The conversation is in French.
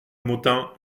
motin